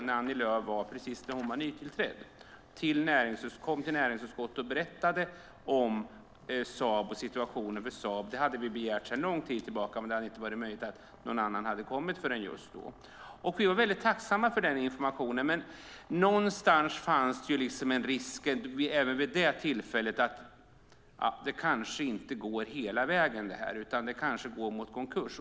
När Annie Lööf var nytillträdd kom hon ju till näringsutskottet och berättade om Saab och situationen för Saab. Det hade vi begärt sedan lång tid tillbaka, men det hade inte varit möjligt att någon annan hade kommit förrän just då. Vi var tacksamma för den informationen. Men någonstans fanns en risk även vid det tillfället att det kanske inte skulle gå hela vägen utan gå mot konkurs.